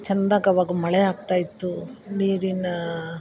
ಚಂದಾಗಿ ಅವಾಗ ಮಳೆ ಆಗ್ತಾಯಿತ್ತು ನೀರಿನ